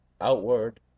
outward